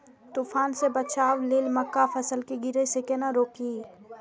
तुफान से बचाव लेल मक्का फसल के गिरे से केना रोकी?